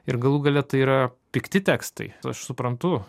ir galų gale tai yra pikti tekstai aš suprantu